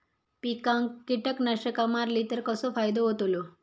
पिकांक कीटकनाशका मारली तर कसो फायदो होतलो?